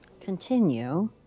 continue